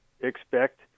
expect